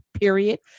period